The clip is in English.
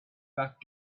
back